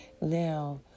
Now